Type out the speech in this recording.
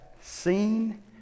seen